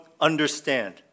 understand